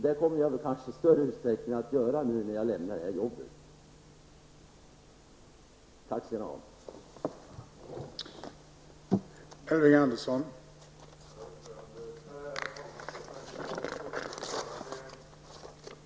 Det kommer jag kanske att i större utsträckning göra nu när jag lämnar det här jobbet. Tack skall ni ha.